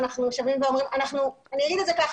אני אגיד כך,